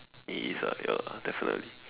it is ah ya definitely